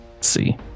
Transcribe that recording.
See